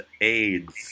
AIDS